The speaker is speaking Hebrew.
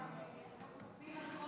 אני רוצה להבין,